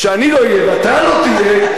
כשאני לא אהיה ואתה לא תהיה,